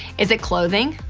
is it clothing?